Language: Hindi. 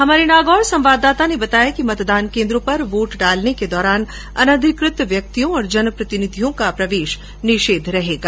हमारे नागौर संवाददाता ने बताया कि मतदान केन्द्रों पर वोट डालने के दौरान अनअधिकृत व्यक्तियों और जनप्रतिनिधियों का प्रवेश निषेघ रहेगा